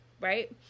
right